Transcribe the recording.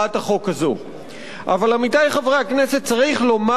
אבל, עמיתי חברי הכנסת, צריך לומר כאן באופן ברור,